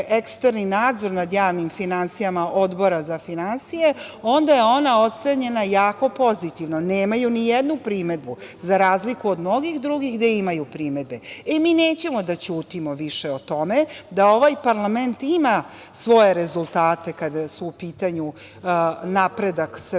eksterni nadzor nad javnim finansijama Odbora za finansije, onda je ona ocenjena jako pozitivno, nemaju ni jednu primedbu, za razliku od mnogih drugih gde imaju primedbe. Mi nećemo da ćutimo više o tome da ovaj parlament ima svoje rezultate kada je u pitanju napredak Srbije